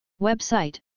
Website